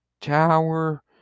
Tower